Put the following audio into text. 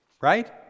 Right